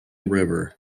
river